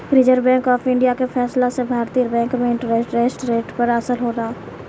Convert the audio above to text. reserve bank of India के फैसला से भारतीय बैंक में इंटरेस्ट रेट पर असर होला